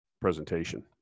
presentation